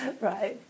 Right